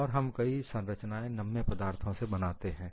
और हम कई संरचनाएं नम्य पदार्थों से बनाते हैं